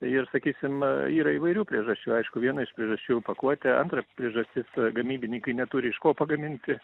ir sakysim yra įvairių priežasčių aišku viena iš priežasčių pakuotė antra priežastis gamybininkai neturi iš ko pagaminti